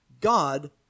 God